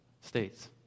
states